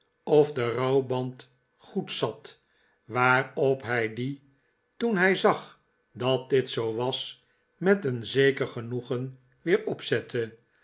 of de rouwband goed zat waarop hij dien toen hij zag dat dit zoo was met een zeker genoegen weer opzette